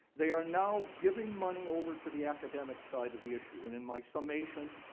they are now giving money over to the academic side of the issue, and in my summation,